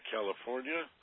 California